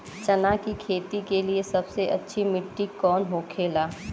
चना की खेती के लिए सबसे अच्छी मिट्टी कौन होखे ला?